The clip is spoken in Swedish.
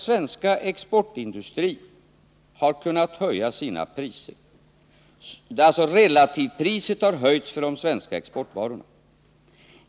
Slutsatsen är att ”relativpriset höjts för svenska exportvaror.